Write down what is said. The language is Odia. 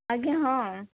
ଆଜ୍ଞା ହଁ